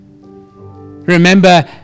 remember